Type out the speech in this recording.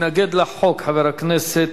מתנגד לחוק,